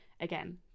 again